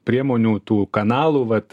priemonių tų kanalų vat